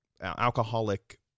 alcoholic